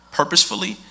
purposefully